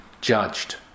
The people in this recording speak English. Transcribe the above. judged